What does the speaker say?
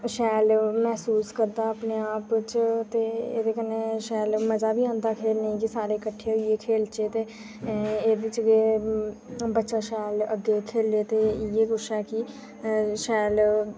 बच्चा शैल मसूस करदा अपने आप च ते एह्दे कन्नै शैल मजा बी आंदा खेलने च सारे किट्ठे होइयै खेढचै ते एह्दे च कि बच्चा शैल अग्गें खेढै ते शैल